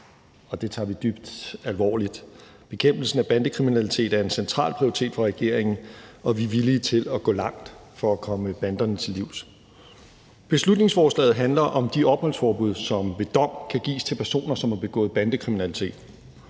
det tager vi dybt alvorligt. Bekæmpelse af bandekriminalitet er en central prioritet for regeringen, og vi er villige til at gå langt for at komme banderne til livs. Beslutningsforslaget handler om de opholdsforbud, som ved dom kan gives til personer, som har begået bandekriminalitet.